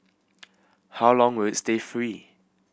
how long will it stay free